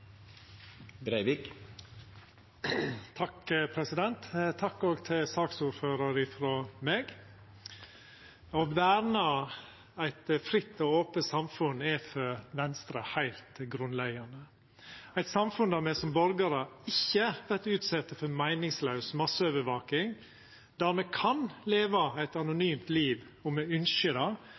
sted. Takk til saksordføraren òg frå meg. Å verna eit fritt og ope samfunn er for Venstre heilt grunnleggjande, eit samfunn der me som borgarar ikkje vert utsette for meiningslaus masseovervaking, der me kan leva eit anonymt liv om me ønskjer det, og der me